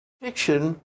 fiction